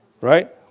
right